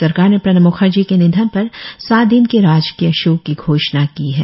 सरकार ने प्रणब मुखर्जी के निधन पर सात दिन के राजकीय शोक की घोषणा की है